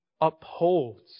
upholds